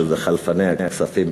שזה חלפני הכספים,